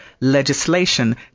legislation